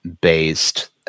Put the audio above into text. based